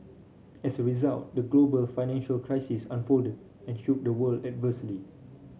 as a result the global financial crisis unfolded and shook the world adversely